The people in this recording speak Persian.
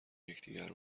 یکدیگر